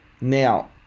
Now